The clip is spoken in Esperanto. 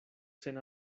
sen